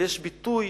ויש ביטוי,